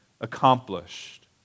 accomplished